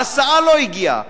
ההסעה לא הגיעה,